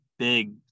big